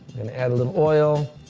and add a little oil.